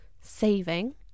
saving